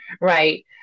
Right